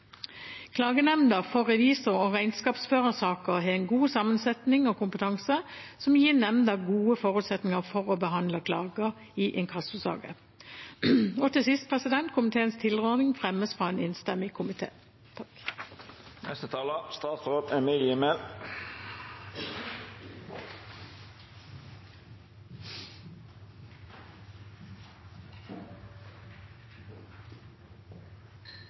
Klagenemnda for revisor- og regnskapsførersaker har en god sammensetning og kompetanse som gir nemnda gode forutsetninger for å behandle klager i inkassosaker. Komiteens tilråding fremmes av en enstemmig